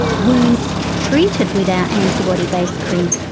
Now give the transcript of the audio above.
wounds treated with our antibody base cream,